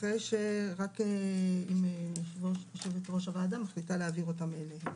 רק אם יושבת-ראש מחליטה להעביר אותן אליה,